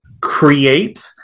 create